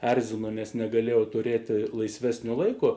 erzino nes negalėjau turėti laisvesnio laiko